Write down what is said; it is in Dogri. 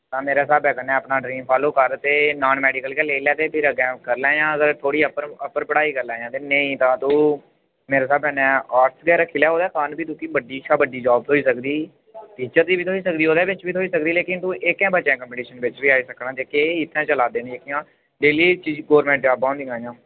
तां मेरे सह्यबे कन्नै अपना ड्रीम फॉलो कर ते नॉन मेडिकल गे लेई लै ते फिर अग्गें करी लेेया थोड़ी अगर अप्पर अप्पर पढ़ाई कर लैयां ते नेईं तां तू मेरे स्हाबें कन्नै आर्ट्स गे रक्खी लै ओह्दे च पता तुकी बड्डी शा बड्डी जाब थ्होई सकदी टीचर दी बी थ्होई सकदी ओह्दे बिच्च बी थ्होई सकदी लेकिन तू एक्के बच्चें कम्पटीशन बिच्च बी आई सकना जेह्के एह् इत्थे चचै दे न जेह्कियां डेली च गवर्नमेंट जाबां होन्दियां